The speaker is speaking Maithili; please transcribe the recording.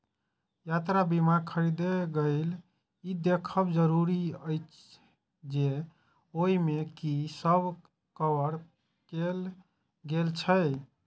यात्रा बीमा खरीदै काल ई देखब जरूरी अछि जे ओइ मे की सब कवर कैल गेल छै